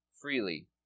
freely